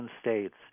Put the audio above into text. states